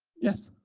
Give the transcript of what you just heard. yes?